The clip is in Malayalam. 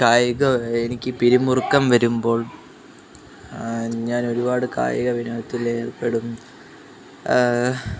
കായികം എനിക്ക് പിരിമുറക്കം വരുമ്പോൾ ഞാനൊരുപാട് കായിക വിനോദത്തിലേർപ്പെടും